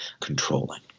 controlling